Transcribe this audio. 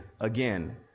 again